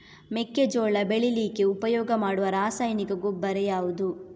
ಮೆಕ್ಕೆಜೋಳ ಬೆಳೀಲಿಕ್ಕೆ ಉಪಯೋಗ ಮಾಡುವ ರಾಸಾಯನಿಕ ಗೊಬ್ಬರ ಯಾವುದು?